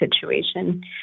situation